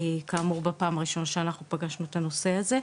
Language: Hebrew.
כאמור, בפעם הראשונה שאנחנו פגשנו את הנושא הזה.